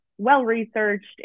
well-researched